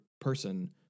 person